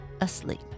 asleep